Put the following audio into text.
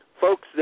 folks